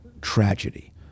tragedy